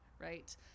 right